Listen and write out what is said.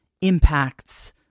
impacts